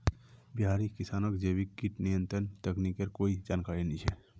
बिहारी किसानक जैविक कीट नियंत्रण तकनीकेर कोई जानकारी नइ छ